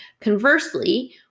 Conversely